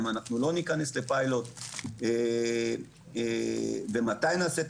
האם אנחנו לא ניכנס לפיילוט ומתי נעשה את